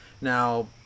Now